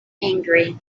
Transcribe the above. angry